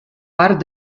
part